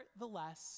nevertheless